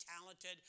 talented